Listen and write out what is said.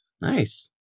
Nice